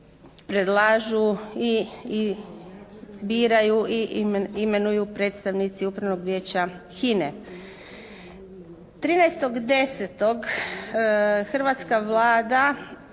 predlažu i biraju i imenuju predstavnici Upravnog vijeća HINA-e. 13.10. hrvatska Vlada